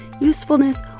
usefulness